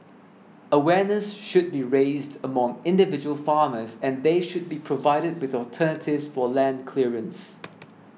awareness should be raised among individual farmers and they should be provided with alternatives for land clearance